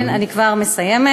אני כבר מסיימת.